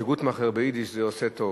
ש"גוטמכר" ביידיש זה "עושה טוב",